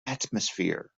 atmosphere